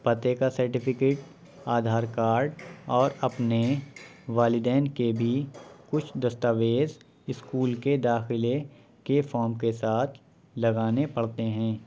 پتے کا certificate Aadhaar card اور اپنے والدین کے بھی کچھ دستاویز اسکول کے داخلے کے فارم کے ساتھ لگانے پڑتے ہیں